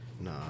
Nah